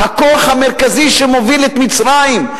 הכוח המרכזי שמוביל את מצרים,